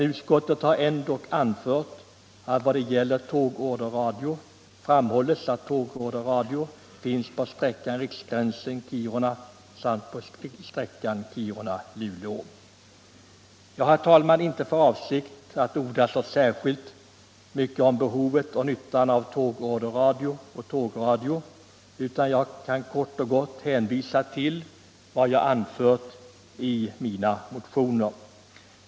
Utskottet har ändå framhållit att tågorderradio finns på sträckan Riksgränsen-Kiruna samt på sträckan Kiruna-Luleå. Jag har, herr talman, inte för avsikt att orda så särskilt mycket om behovet och nyttan av tågorderradio och tågradio, utan jag kan kort och gott hänvisa till vad jag anfört i mina motioner.